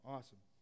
Awesome